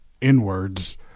inwards